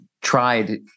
tried